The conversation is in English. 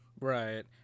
Right